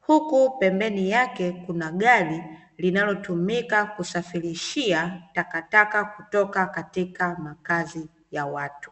Huku pembeni yake kuna gari linalotumika kusafirishia takataka kutoka katika makazi ya watu.